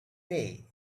way